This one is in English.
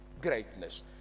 greatness